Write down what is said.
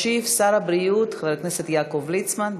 ישיב שר הבריאות חבר הכנסת יעקב ליצמן.